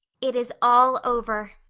it is all over,